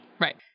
right